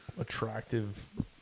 attractive